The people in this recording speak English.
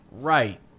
Right